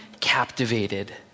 captivated